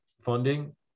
funding